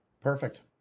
Perfect